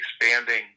expanding